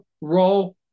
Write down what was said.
role